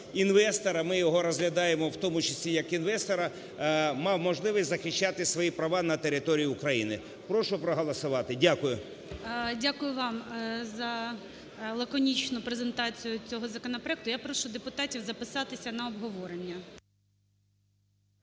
інвестор, а ми його розглядаємо, в тому числі як інвестора, мав можливість захищати свої права на території України. Прошу проголосувати. Дякую. ГОЛОВУЮЧИЙ. Дякую вам за лаконічну презентацію цього законопроекту. Я прошу депутатів записатися на обговорення.